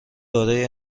دارای